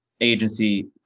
agency